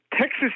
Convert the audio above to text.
Texas